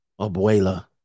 Abuela